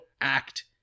act